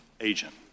agent